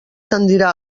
tendirà